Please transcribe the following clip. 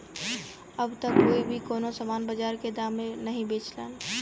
अब त कोई भी कउनो सामान बाजार के दाम पे नाहीं बेचलन